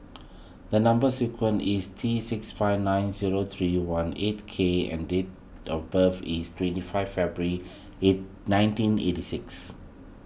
the Number Sequence is T six five nine zero three one eight K and date of birth is twenty five February nineteen eighty six